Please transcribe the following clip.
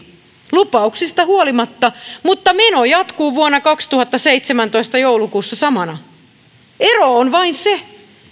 lupauksista huolimatta vaan meno jatkuu vuonna kaksituhattaseitsemäntoista joulukuussa samana ero on vain se